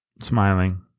smiling